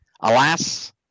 alas